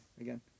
again